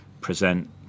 present